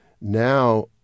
Now